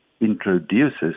introduces